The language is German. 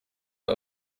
der